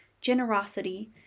generosity